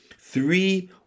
Three